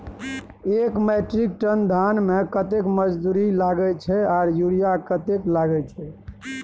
एक metric ton धान में कतेक मजदूरी लागे छै आर यूरिया कतेक लागे छै?